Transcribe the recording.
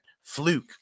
fluke